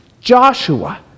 Joshua